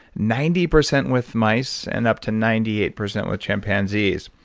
ninety percent with mice and up to ninety eight percent with chimpanzees.